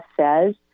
says